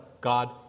God